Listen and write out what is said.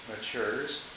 matures